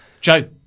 Joe